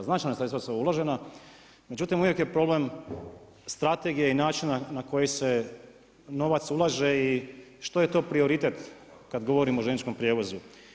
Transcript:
Značajna sredstva su uložena, međutim uvijek je problem strategija i način na koji se novac ulaže i što je to prioritet kada govorimo o željezničkom prijevozu.